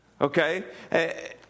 Okay